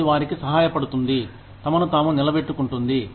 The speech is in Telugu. అది వారికి సహాయపడుతుంది తమను తాము నిలబెట్టుకుంది